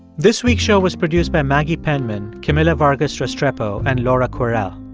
this week's show was produced by maggie penman, camila vargas restrepo and laura kwerel.